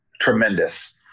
tremendous